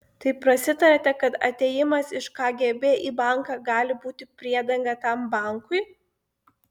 tai prasitarėte kad atėjimas iš kgb į banką gali būti priedanga tam bankui